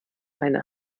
eine